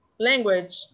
Language